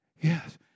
yes